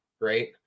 right